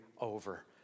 over